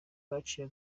baciye